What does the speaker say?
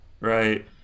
right